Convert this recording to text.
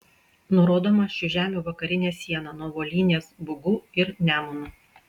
nurodoma šių žemių vakarinė siena nuo volynės bugu ir nemunu